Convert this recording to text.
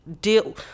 deal